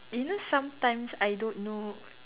you know sometimes I don't know